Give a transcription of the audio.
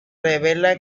revela